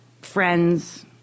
friends